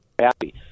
happy